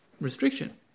restriction